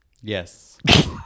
Yes